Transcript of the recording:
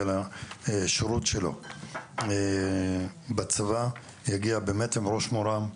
לשירות שלו בצבא יגיע עם ראש מורם,